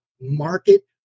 market